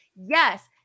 Yes